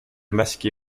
masqué